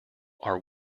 are